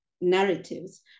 Narratives